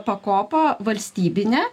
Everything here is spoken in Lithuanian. pakopą valstybine